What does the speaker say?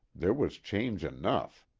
there was change enough.